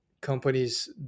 companies